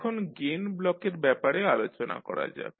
এখন গেইন ব্লকের ব্যাপারে আলোচনা করা যাক